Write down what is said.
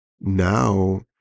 now